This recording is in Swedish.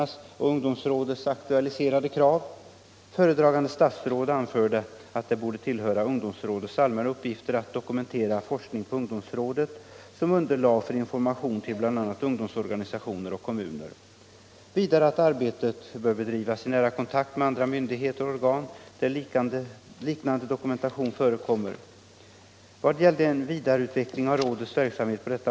Därför vill jag i några minuter kort beröra dessa och bl.a. tala.